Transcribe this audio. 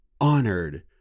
honored